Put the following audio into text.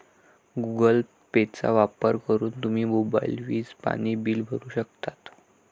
Google पेचा वापर करून तुम्ही मोबाईल, वीज, पाणी बिल भरू शकता